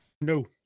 No